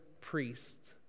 priests